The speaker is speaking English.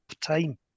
time